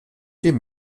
den